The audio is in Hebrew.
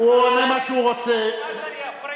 הוא פשוט מתחמק,